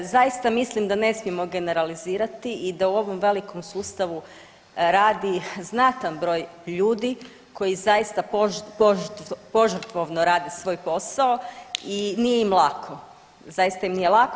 Zaista mislim da ne smijemo generalizirati i da u ovom velikom sustavu radi znatan broj ljudi koji zaista požrtvovno radi svoj posao i nije im lako, zaista im nije lako.